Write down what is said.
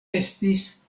estis